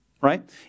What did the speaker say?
right